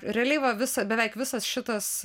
realiai va visa beveik visas šitas